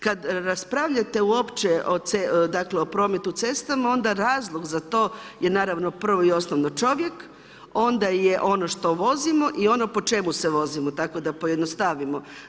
Kad raspravljate uopće o prometu cestama, onda razlog za to je naravno prvo i osnovno čovjek, onda je ono što vozimo i ono po čemu se vozimo, tako da pojednostavimo.